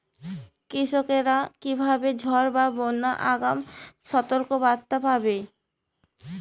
কৃষকেরা কীভাবে ঝড় বা বন্যার আগাম সতর্ক বার্তা পাবে?